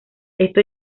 esto